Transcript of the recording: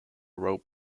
rope